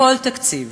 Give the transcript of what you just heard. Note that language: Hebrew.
בכל תקציב,